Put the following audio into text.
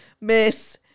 Miss